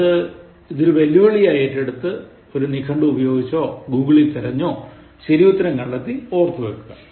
എന്നിട്ട് ഇതൊരു വെല്ലുവിളിയായി ഏറ്റെടുത്ത് ഒരു നിഘണ്ടു ഉപയോഗിച്ചോ ഗൂഗിളിൽ തിരഞ്ഞോ ശരിയുത്തരം കണ്ടെത്തി ഓർത്തുവൈക്കുക